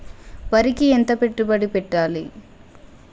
వరికి ఎంత పెట్టుబడి పెట్టాలి?